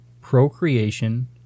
procreation